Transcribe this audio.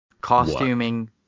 costuming